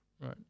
Right